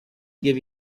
give